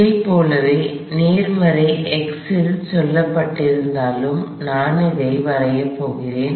இதைப் போலவே நேர்மறை x இல் சொல்லப்பட்டிருந்தாலும் நான் இதை வரையப் போகிறேன்